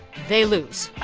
they lose